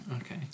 Okay